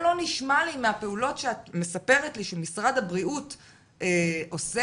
מהפעולות שאת מספרת לי שמשרד הבריאות עושה,